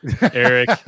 Eric